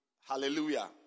Hallelujah